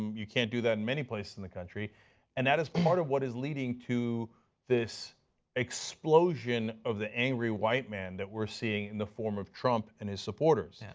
you can't do that many places in the country and that is part of what is leading to this explosion of the angry white man that we are seeing in the form of trump and his supporters.